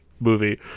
Movie